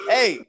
Hey